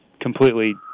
completely